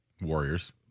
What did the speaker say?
Warriors